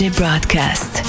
broadcast